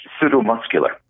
pseudo-muscular